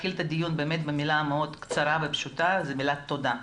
במילה מאוד קצרה ופשוטה והמילה היא תודה.